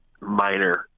minor